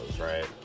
right